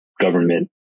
government